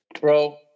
Bro